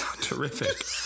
Terrific